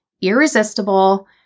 irresistible